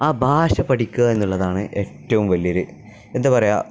ആ ഭാഷ പഠിക്കുക എന്നുള്ളതാണ് ഏറ്റവും വലിയൊരു എന്താ പറയുക